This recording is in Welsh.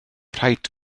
rhaid